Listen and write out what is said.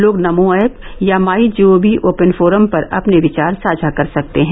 लोग नमो ऐप या MyGov open forum पर अपने विचार साझा कर सकते हैं